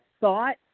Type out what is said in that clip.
thought